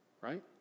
Right